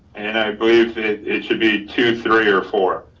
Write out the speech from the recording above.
and i believe it it should be two, three or four.